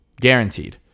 guaranteed